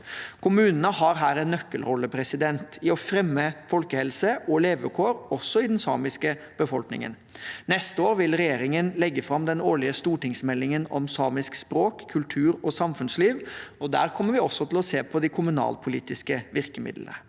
Kommunene har her en nøkkelrolle i å fremme folkehelse og levekår også i den samiske befolkningen. Neste år vil regjeringen legge fram den årlige stortingsmeldingen om samisk språk, kultur og samfunnsliv, og der kommer vi også til å se på de kommunalpolitiske virkemidlene.